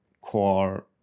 core